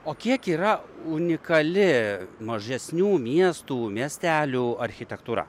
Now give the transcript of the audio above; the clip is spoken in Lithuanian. o kiek yra unikali mažesnių miestų miestelių architektūra